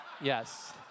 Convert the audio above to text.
Yes